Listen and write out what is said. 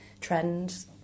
trend